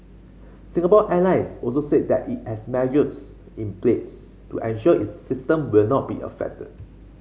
Singapore Airlines also said that it has measures in place to ensure its system will not be affected